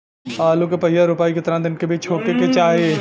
आलू क पहिला रोपाई केतना दिन के बिच में होखे के चाही?